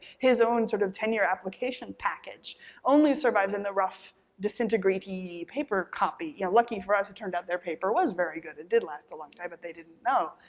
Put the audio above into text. his own sort of tenure application package only survives in the rough disintegratey paper copy. you know lucky for us, it turned out their paper was very good. it did last a long time but they didn't know.